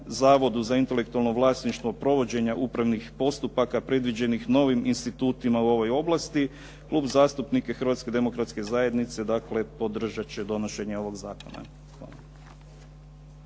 za intelektualno vlasništvo provođenja upravnih postupaka predviđenih novim institutima u ovoj oblasti Klub zastupnika Hrvatske demokratske zajednice, dakle podržat će donošenje ovog zakona.